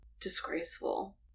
disgraceful